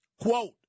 Quote